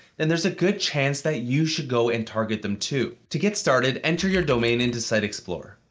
then there's a good chance that you should go and target them too. to get started, enter your domain into site explorer.